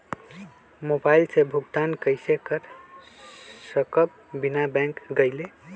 Mobile के भुगतान कईसे कर सकब बिना बैंक गईले?